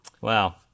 wow